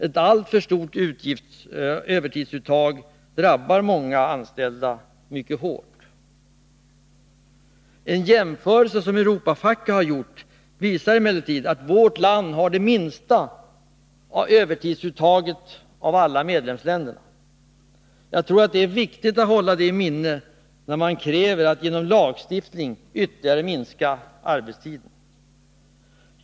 Ett alltför stort övertidsuttag drabbar många anställda mycket hårt. En jämförelse som Europafacket gjort visar emellertid att vårt land har det minsta övertidsuttaget av alla medlemsländerna. Jag tror att detta är viktigt att ha i minnet när man kräver att vi genom lagstiftning ytterligare skall minska arbetstiden.